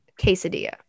quesadilla